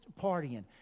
partying